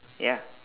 ya